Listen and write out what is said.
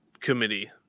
committee